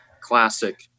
classic